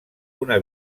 una